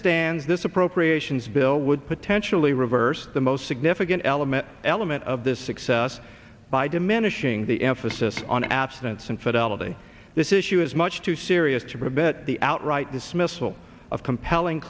stands this appropriations bill would potentially reverse the most significant element element of this success by diminishing the emphasis on abstinence and fidelity this issue is much too serious to prevent the outright dismissal of compelling